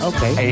Okay